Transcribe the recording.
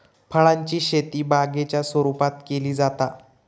फळांची शेती बागेच्या स्वरुपात केली जाता